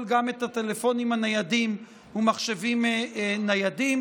גם את הטלפונים הניידים ומחשבים ניידים.